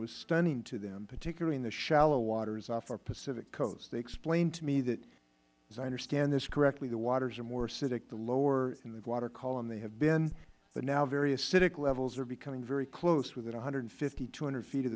was stunning to them particularly in the shallow waters off our pacific coast they explained to me as i understand this correctly the waters are more acidic the lower in the water column they have been but now very acidic levels are becoming very close within one hundred and fifty two hundred feet of